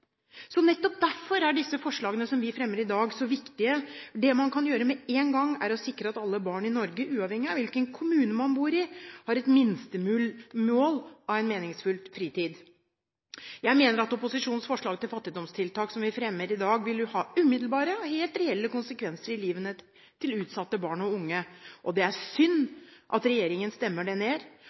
Nettopp derfor er disse forslagene som vi fremmer i dag, så viktige. Det man kan gjøre med en gang, er å sikre at alle barn i Norge – uavhengig av hvilken kommune de bor i – har et minstemål av meningsfull fritid. Jeg mener at opposisjonens forslag til fattigdomstiltak som vi fremmer i dag, ville ha umiddelbare og helt reelle konsekvenser for livene til utsatte barn og unge. Det er synd at regjeringen stemmer det ned!